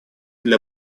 для